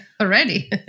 already